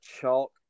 chalk